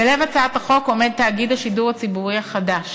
בלב הצעת החוק עומד תאגיד השידור הציבורי החדש.